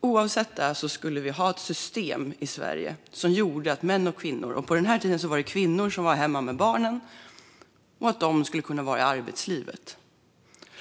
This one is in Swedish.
Oavsett hur människor levde skulle vi ha ett system i Sverige som fungerade för män och kvinnor. På den tiden var kvinnorna hemma med barnen, men nu skulle de också kunna vara i arbetslivet.